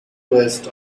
west